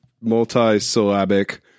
multi-syllabic